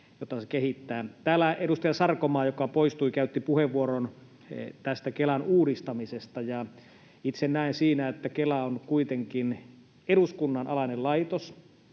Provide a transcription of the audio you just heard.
joita kehitetään. Täällä edustaja Sarkomaa, joka poistui, käytti puheenvuoron tästä Kelan uudistamisesta. Itse näen, että Kela on kuitenkin eduskunnan alainen laitos,